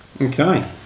Okay